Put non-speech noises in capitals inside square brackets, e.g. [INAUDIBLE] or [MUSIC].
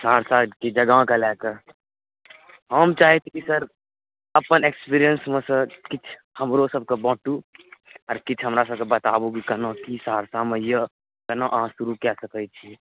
सहरसा [UNINTELLIGIBLE] गाँवके लए कऽ हम चाहैत छी की सर अपन एक्सपीरियन्समेसँ किछु हमरो सबकेँ बाँटू आर किछु हमरा सबकेँ बताबु कि केना की सहरसामे यऽ केना अहाँ शुरू कए सकैत छी